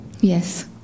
Yes